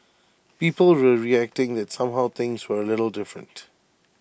people were reacting that somehow things were A little different